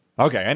Okay